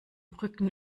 brücken